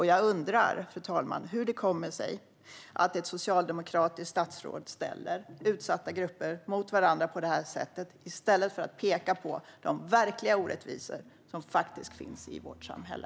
Jag undrar hur det kommer sig att ett socialdemokratiskt statsråd ställer utsatta grupper mot varandra på det här sättet i stället för att peka på de verkliga orättvisor som faktiskt finns i vårt samhälle.